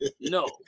no